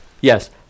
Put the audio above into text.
Yes